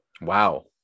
Wow